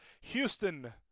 Houston